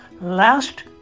last